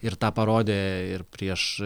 ir tą parodė ir prieš